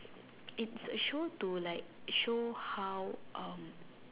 it's a show to like show how um